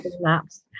maps